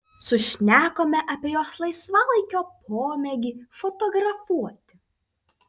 sušnekome apie jos laisvalaikio pomėgį fotografuoti